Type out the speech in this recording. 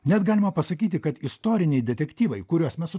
net galima pasakyti kad istoriniai detektyvai kuriuos mes su